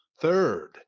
third